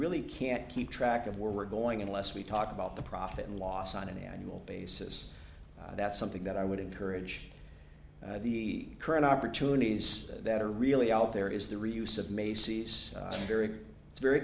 really can't keep track of where we're going unless we talk about the profit and loss on an annual basis that's something that i would encourage the current opportunities that are really out there is the reuse of macy's very it's very